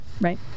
right